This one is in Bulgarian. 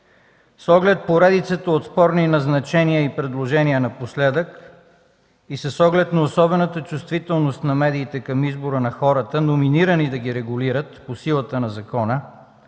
С оглед поредицата от спорни назначения и предложения напоследък и с оглед на особената чувствителност на медиите към избора на хората, номинирани да ги регулират по силата на закона,